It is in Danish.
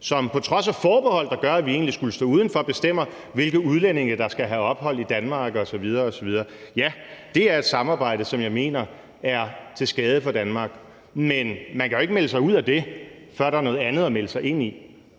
som på trods af forbehold, der gør, at vi egentlig skulle stå udenfor, bestemmer, hvilke udlændinge der skal have ophold i Danmark osv. osv. Det er et samarbejde, som jeg mener er til skade for Danmark. Men man kan jo ikke melde sig ud af det, før der er noget andet at melde sig ind i.